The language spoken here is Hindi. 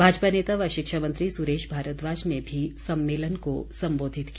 भाजपा नेता व शिक्षा मंत्री सुरेश भारद्वाज ने भी सम्मेलन को सम्बोधित किया